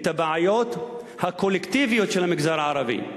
את הבעיות הקולקטיביות של המגזר הערבי?